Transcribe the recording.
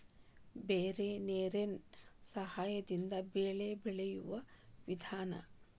ಬರೇ ನೇರೇನ ಸಹಾದಿಂದ ಬೆಳೆ ಬೆಳಿಯು ವಿಧಾನಾ